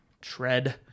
tread